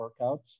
workouts